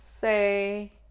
say